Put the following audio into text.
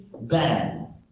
bad